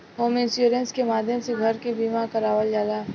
home insurance के माध्यम से घर के बीमा करावल जाला